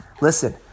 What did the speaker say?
Listen